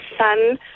son